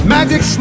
Magic